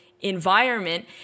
environment